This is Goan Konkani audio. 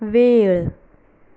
वेळ